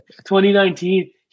2019